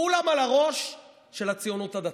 כולם על הראש של הציונות הדתית: